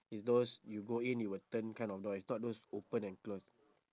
is those you go in it will turn kind of door is not those open and close